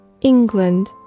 England